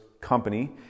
company